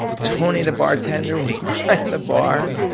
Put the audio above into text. tony the bartender was behind the bar.